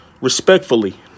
respectfully